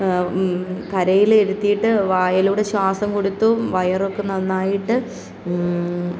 കരയിൽ എത്തിയിട്ട് വായിലൂടെ ശ്വാസം കൊടുത്തു വയറൊക്കെ നന്നായിട്ട്